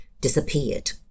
disappeared